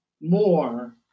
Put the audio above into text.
more